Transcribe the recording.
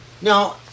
Now